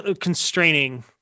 constraining